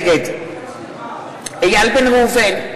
נגד איל בן ראובן,